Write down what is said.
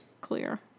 clear